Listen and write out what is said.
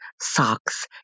socks